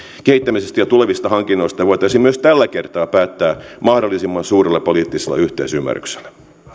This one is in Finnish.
kehittämisestä ja tulevista hankinnoista voitaisiin myös tällä kertaa päättää mahdollisimman suurella poliittisella yhteisymmärryksellä